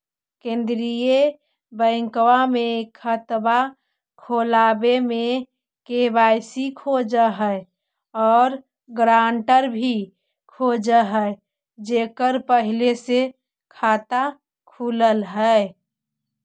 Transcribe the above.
केंद्रीय बैंकवा मे खतवा खोलावे मे के.वाई.सी खोज है और ग्रांटर भी खोज है जेकर पहले से खाता खुलल है?